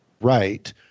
right